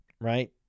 right